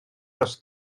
dros